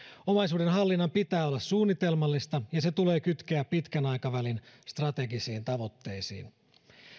omaisuuden hallinnan pitää olla suunnitelmallista ja se tulee kytkeä pitkän aikavälin strategisiin tavoitteisiin